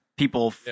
people